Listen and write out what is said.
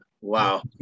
Wow